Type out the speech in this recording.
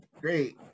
great